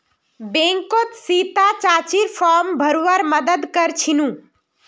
बैंकत सीता चाचीर फॉर्म भरवार मदद कर छिनु